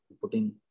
putting